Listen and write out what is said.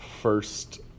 first